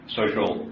social